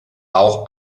auch